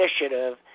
initiative